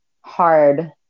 hard